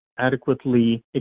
adequately